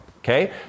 Okay